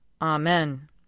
Amen